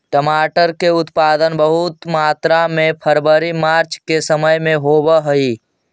टमाटर के उत्पादन बहुत मात्रा में फरवरी मार्च के समय में होवऽ हइ